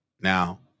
now